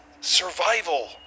Survival